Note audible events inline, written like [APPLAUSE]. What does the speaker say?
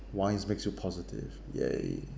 wines is makes you positive !yay! [LAUGHS]